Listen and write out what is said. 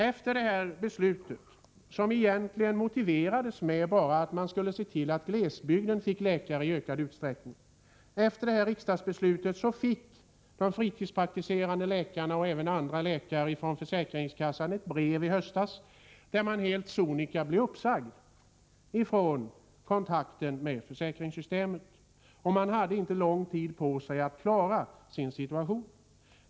Efter riksdagsbeslutet, som egentligen motiverades bara med att man skulle se till att glesbygden fick läkare i ökad utsträckning, fick de fritidspraktiserande läkarna, och även andra läkare, ett brev från försäkringskassan i höstas där de helt sonika blev uppsagda från kontrakten med försäkringssystemet. Man hade inte lång tid på sig att klara sin situation.